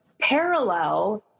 parallel